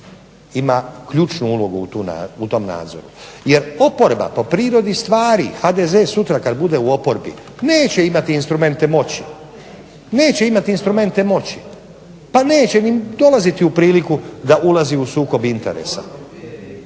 ima ključnu ulogu u tom nadzoru. Jer oporba po prirodi stvari, HDZ sutra kad bude u oporbi, neće imati instrumente moći, pa neće ni dolaziti u priliku da ulazi u sukob interesa.